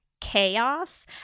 chaos